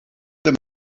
them